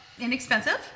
inexpensive